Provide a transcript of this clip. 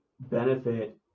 benefit